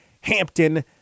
Hampton